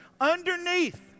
Underneath